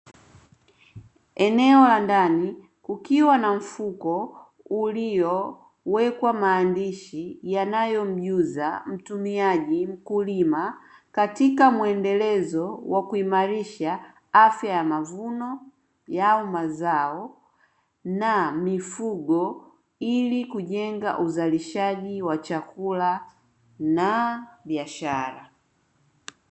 Eneo la ndani ukiwa na mfuko uliowekwa maandishi yanayomjuza mtumiaji mkulima katika mwendelezo wa kuimarisha afya ya mavuno yao mazao na mifugo ili kujenga uzalishaji wa chakula na biashara.